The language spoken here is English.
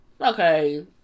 Okay